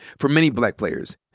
for many black players,